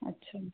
अच्छा